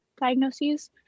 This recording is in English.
diagnoses